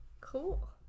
Cool